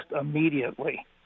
immediately